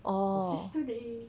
oh